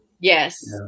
Yes